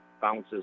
bounces